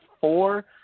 four-